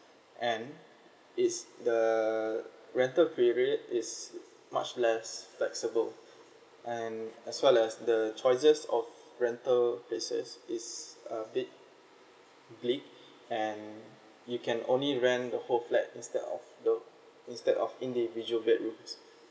and it's the rental period is much less flexible and as well as the choices of rental places is a bit and you can only rent the whole flat instead of the instead of individual bedrooms